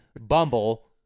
Bumble